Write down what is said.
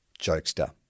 Jokester